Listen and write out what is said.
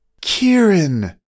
Kieran